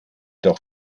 doch